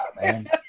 man